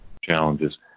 challenges